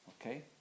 Okay